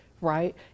right